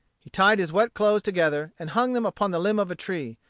he tied his wet clothes together and hung them up on the limb of a tree,